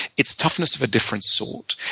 it's toughness of a different sort.